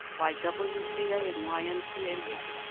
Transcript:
y w c a. and y m c a. week.